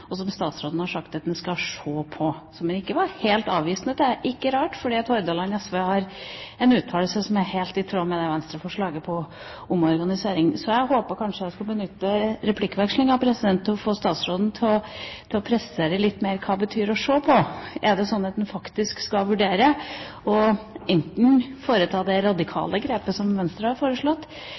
og som statsråden har sagt at han skal se på, som han ikke var helt avvisende til – ikke rart, fordi Hordaland SV har en uttalelse som er helt i tråd med Venstre-forslaget om omorganisering. Så jeg tenkte at jeg kanskje kunne benytte replikkvekslingen til å få statsråden til å presisere litt mer hva å «se på» betyr. Er det sånn at han faktisk vil vurdere enten å foreta det radikale grepet som Venstre har foreslått,